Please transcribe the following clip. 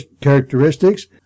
characteristics